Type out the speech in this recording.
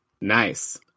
Nice